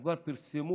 שכבר פרסמו